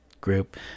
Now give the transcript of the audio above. group